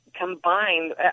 combined